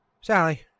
sally